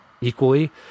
equally